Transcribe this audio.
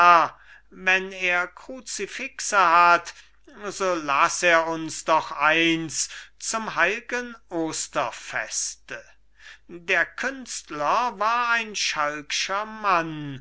wenn er kruzifixe hat so laß er uns doch eins zum heilgen osterfeste der künstler war ein schalkscher mann